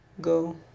Go